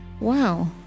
wow